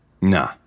Nah